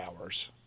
hours